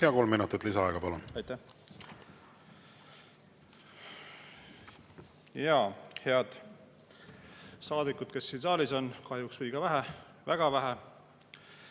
Kolm minutit lisaaega, palun! Aitäh! Head saadikud, kes siin saalis on! Kahjuks liiga vähe, väga vähe.